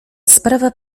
sprawa